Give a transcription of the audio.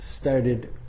started